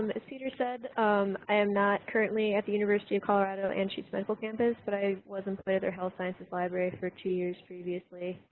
um as peter um i am not currently at the university of colorado anschutz medical campus but i was employed there health sciences library for two years previously.